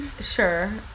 sure